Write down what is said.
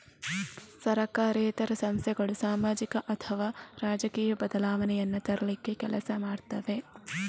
ಸರಕಾರೇತರ ಸಂಸ್ಥೆಗಳು ಸಾಮಾಜಿಕ ಅಥವಾ ರಾಜಕೀಯ ಬದಲಾವಣೆಯನ್ನ ತರ್ಲಿಕ್ಕೆ ಕೆಲಸ ಮಾಡ್ತವೆ